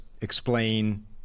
explain